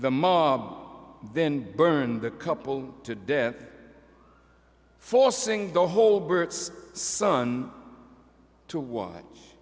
the mob then burned the couple to death forcing the whole bert's son to watch